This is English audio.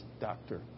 doctor